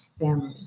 family